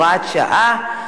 (שידורי חסות ותשדירי שירות) (הוראת שעה)